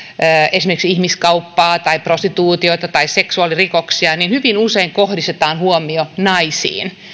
esimerkiksi ihmiskauppaa tai prostituutiota tai seksuaalirikoksia niin hyvin usein kohdistetaan huomio naisiin